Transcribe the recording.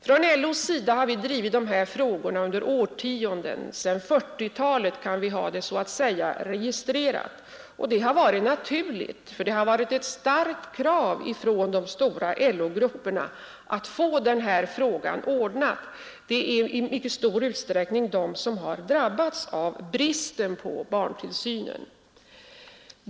Från LO:s sida har vi drivit de här frågorna under årtionden — sedan 1940-talet kan vi ha det så att säga registrerat — och det har varit naturligt, för det har varit ett starkt krav från de stora LO-grupperna att få dessa frågor lösta. Det är i mycket stor utsträckning de grupperna som drabbats av bristen på barntillsyn.